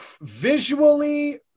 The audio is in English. visually